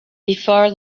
before